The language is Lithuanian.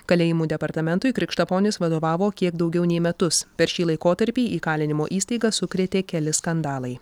kalėjimų departamentui krikštaponis vadovavo kiek daugiau nei metus per šį laikotarpį įkalinimo įstaigas sukrėtė keli skandalai